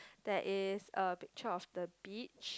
there is a picture of the beach